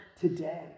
today